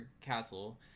castle